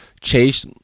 chase